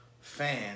fan